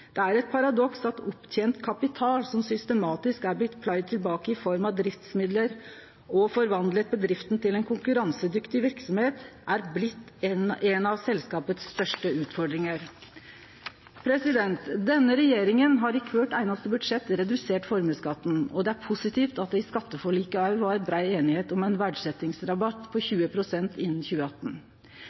systematisk er blitt pløgd tilbake i form av driftsmidlar og har forvandla bedrifta til ei konkurransedyktig verksemd, er blitt ei av selskapets største utfordringar. Denne regjeringa har i kvart einaste budsjett redusert formuesskatten, og det er positivt at det òg i skatteforliket var brei semje om ein verdsetjingsrabatt på 20 pst. innan 2018.